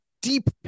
deep